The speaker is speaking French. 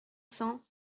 cents